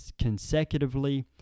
consecutively